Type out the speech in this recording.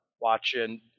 watching